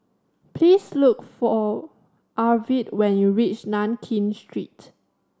please look for Arvid when you reach Nankin Street